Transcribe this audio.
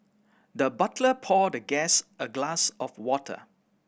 the butler poured the guest a glass of water